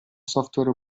software